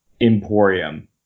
emporium